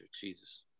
Jesus